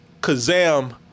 Kazam